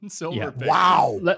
wow